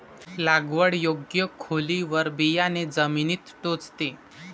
लागवड योग्य खोलीवर बियाणे जमिनीत टोचते